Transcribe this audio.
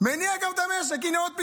גם מניע את המשק, הינה, עוד פתרון.